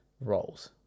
roles